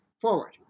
forward